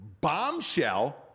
bombshell